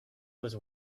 was